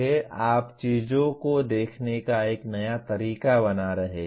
आप चीजों को देखने का एक नया तरीका बना रहे हैं